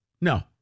No